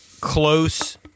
close